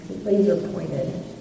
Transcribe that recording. laser-pointed